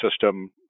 system